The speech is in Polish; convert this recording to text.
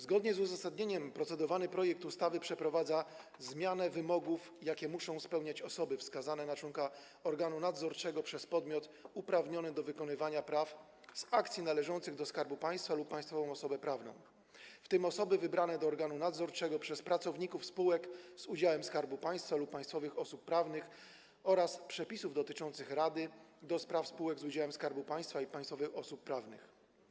Zgodnie z uzasadnieniem procedowany projekt ustawy przeprowadza zmianę wymogów, jakie muszą spełniać osoby wskazane na członka organu nadzorczego przez podmiot uprawniony do wykonywania praw z akcji należących do Skarbu Państwa lub państwową osobę prawną, w tym osoby wybrane do organu nadzorczego przez pracowników spółek z udziałem Skarbu Państwa lub państwowych osób prawnych, oraz przepisów dotyczących Rady do spraw spółek z udziałem Skarbu Państwa i państwowych osób prawnych.